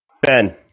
Ben